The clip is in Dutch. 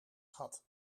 gat